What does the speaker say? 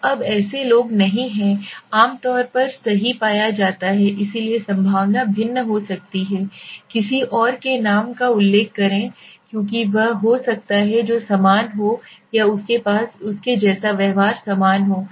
तो अब ऐसे लोग नहीं हैं आम तौर पर सही पाया जाता है इसलिए संभावना भिन्न हो सकती है किसी और के नाम का उल्लेख करें क्योंकि वह हो सकता है जो समान हो या उसके जैसा व्यवहार समान हो